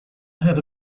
had